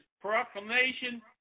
proclamation